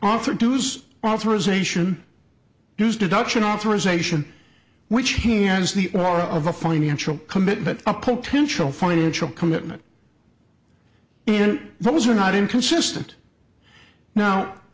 for dues authorization used adoption authorization which hands the aura of a financial commitment a potential financial commitment in those are not inconsistent now